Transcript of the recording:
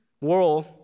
world